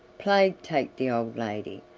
plague take the old lady!